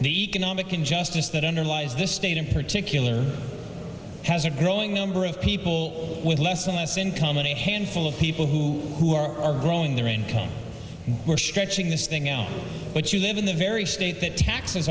the economic injustice that underlies this state in particular has a growing number of people with less and less income and a handful of people who who are growing their income or stretching this thing out but you live in the very state t